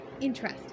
interest